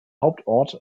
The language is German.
hauptort